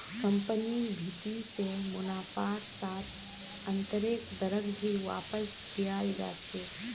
कम्पनिर भीति से मुनाफार साथ आन्तरैक दरक भी वापस दियाल जा छे